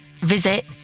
visit